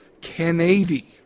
Kennedy